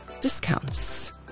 discounts